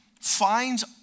finds